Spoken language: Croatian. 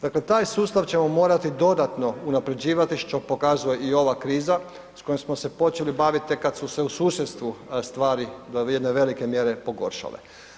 Dakle, taj sustav ćemo morati dodatno unapređivati, što pokazuje i ova kriza s kojom smo se počeli bavit tek kad su se u susjedstvu stvari do jedne velike mjere pogoršale.